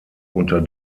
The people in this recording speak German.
unter